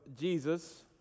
Jesus